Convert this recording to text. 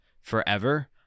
forever